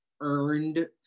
earned